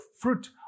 fruit